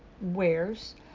wares